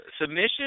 submission